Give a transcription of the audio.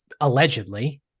allegedly